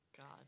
God